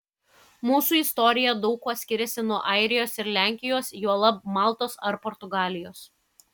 mūsų istorija daug kuo skiriasi nuo airijos ir lenkijos juolab maltos ar portugalijos